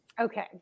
Okay